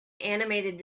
animated